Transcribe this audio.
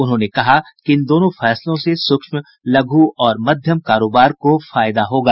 उन्होंने कहा कि इन दोनों फैसलों से सूक्ष्म लघु और मध्यम कारोबार को फायदा होगा